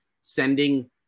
sending